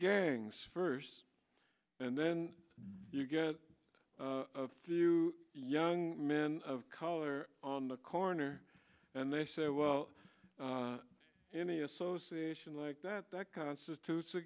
gangs first and then you get a few young men of color on the corner and they say well any association like that that constitutes a